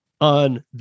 on